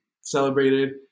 Celebrated